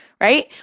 Right